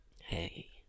Hey